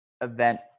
event